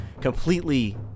completely